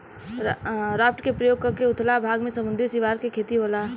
raft के प्रयोग क के उथला भाग में समुंद्री सिवार के खेती होला